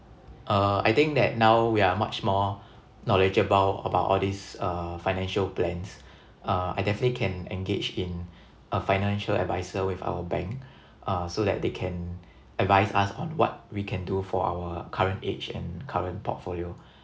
uh I think that now we are much more knowledgeable about all these uh financial plans uh I definitely can engage in a financial adviser with our bank uh so that they can advise us on what can we can do for our current age and current portfolio